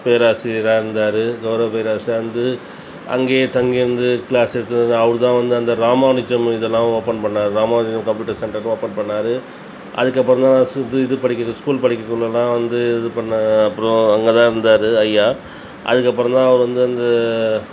பேராசியராக இருந்தார் கௌரவ பேராசியராக இருந்து அங்கேயே தங்கிருந்து க்ளாஸ் எடுத்து அவர் தான் வந்து அந்த ராமானுஜம் இதல்லாம் ஓப்பன் பண்ணார் ராமானுஜம் கம்ப்யூட்டர் சென்டர்னு ஓப்பன் பண்ணார் அதுக்கப்பறம் தான் நான் சு இது இது படிக்கறது ஸ்கூல் படிக்கக்குள்ளேலாம் வந்து இது பண்ண அப்புறோம் அங்கே தான் இருந்தார் ஐயா அதுக்கப்பறம் தான் அவர் வந்து அந்த